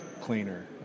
cleaner